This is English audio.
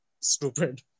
stupid